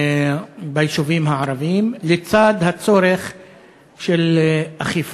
ביישובים הערביים, לצד הצורך באכיפה.